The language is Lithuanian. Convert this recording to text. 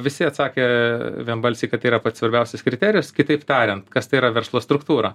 visi atsakė vienbalsiai kad yra pats svarbiausias kriterijus kitaip tariant kas tai yra verslo struktūra